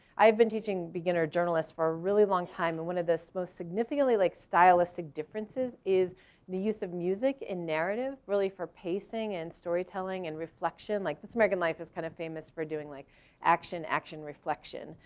i've been teaching beginner journalists for a really long time. and one of this most significantly like stylistic differences is the use of music and narrative really for pacing, and storytelling, and reflection. like this american life is kind of famous for doing like action, action, reflection.